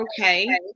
okay